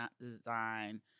design